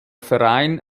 verein